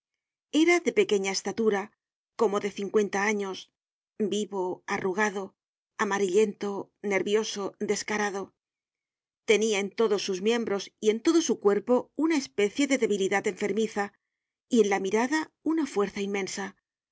era de pequeña estatura como de cincuenta años vivo arrugado amarillento nervioso descarado tenia en todos sus miembros y en todo su cuerpo una especie de debilidad enfermiza y en la mirada una fuerza inmensa